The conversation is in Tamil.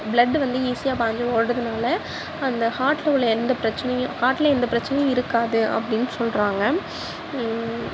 பிளட் வந்து ஈசியாக பாய்ஞ்சு ஓடுறதுனால அந்த ஹார்டில் உள்ள எந்த பிரச்சினையும் ஹார்டில் எந்த பிரச்சினையும் இருக்காது அப்படின்னு சொல்கிறாங்க